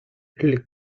les